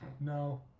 No